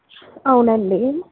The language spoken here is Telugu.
అవునండి